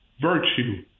virtue